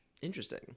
Interesting